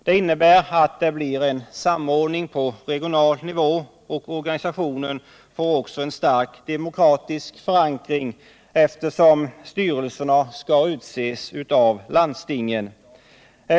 Det innebär att det blir en samordning på regional nivå, och organisationerna får också en stark demokratisk förankring eftersom styrelserna skall utses av landstingen.